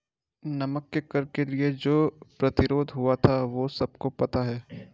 नमक के कर के लिए जो प्रतिरोध हुआ था वो सबको पता है